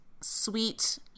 sweet